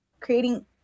creating